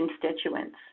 constituents